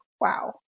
wow